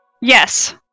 Yes